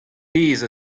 pezh